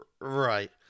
Right